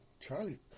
charlie